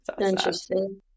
Interesting